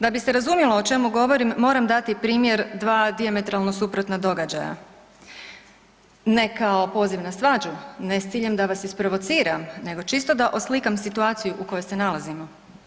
Da bi se razumjelo o čemu govorim moram dati primjer dva dijametralno suprotna događaja, ne kao poziv na svađu, ne s ciljem da vas isprovociram nego čisto da oslikam situaciju u kojoj se nalazimo.